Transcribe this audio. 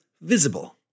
visible